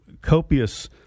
copious